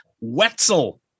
Wetzel